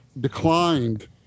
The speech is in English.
declined